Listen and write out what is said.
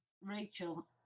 Rachel